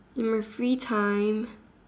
in my free time